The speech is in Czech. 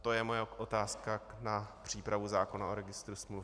To je moje otázka na přípravu zákona o registru smluv.